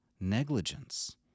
negligence